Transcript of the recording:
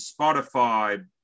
Spotify